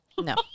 no